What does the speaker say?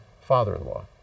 father-in-law